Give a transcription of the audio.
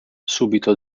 subito